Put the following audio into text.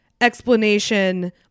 explanation